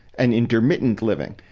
an intermittent living.